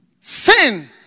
Sin